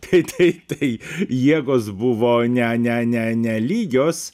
tai tai tai jėgos buvo ne ne ne nelygios